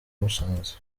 musanze